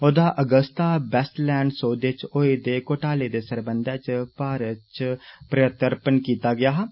ओह्दा Agusta Westland सौदे च होए दे घोटाले दे सरबंधै च भारत च प्रत्यर्वन कीता गेआ हा